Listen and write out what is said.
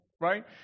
Right